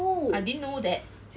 I didn't know that